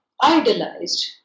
idolized